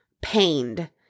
pained